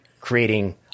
creating